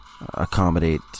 accommodate